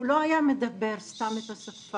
הוא לא היה מדבר סתם את השפה.